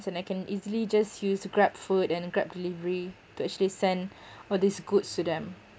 and I can easily just use grabfood and grab delivery to actually send all these goods to them